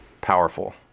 powerful